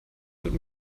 wird